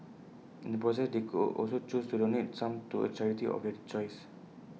in the process they could also choose to donate the sum to A charity of their choice